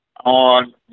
On